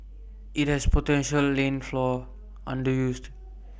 its potential has lain fallow underused